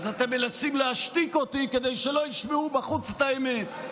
אז אתם מנסים להשתיק אותי כדי שלא ישמעו בחוץ את האמת.